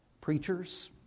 preachers